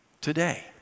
today